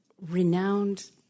renowned